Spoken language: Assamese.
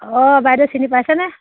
অঁ বাইদেউ চিনি পাইছেনে